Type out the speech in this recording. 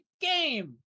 game